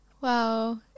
Wow